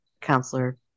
counselor